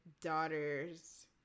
daughters